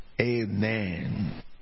Amen